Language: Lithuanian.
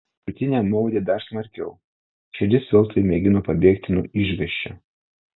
krūtinę maudė dar smarkiau širdis veltui mėgino pabėgti nuo išgąsčio